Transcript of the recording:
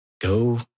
go